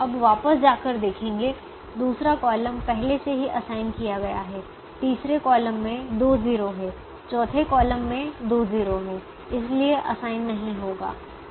अब वापस जाकर देखेंगे दूसरा कॉलम पहले से ही असाइन किया गया है तीसरे कॉलम में दो 0 है चौथे कॉलम में दो 0 है इसलिए असाइन नहीं होगा